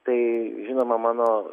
tai žinoma mano